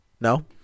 No